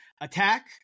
attack